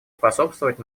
способствовать